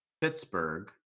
Pittsburgh